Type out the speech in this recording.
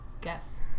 Guess